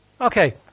Okay